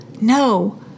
No